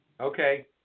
Okay